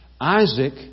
Isaac